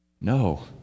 No